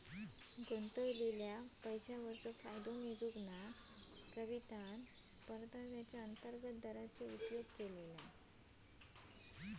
गुंतवलेल्या पैशावरचो फायदो मेजूक कवितान परताव्याचा अंतर्गत दराचो उपयोग केल्यान